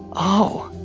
oh,